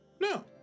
No